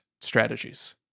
strategies